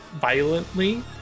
violently